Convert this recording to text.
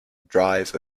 drive